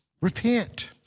Repent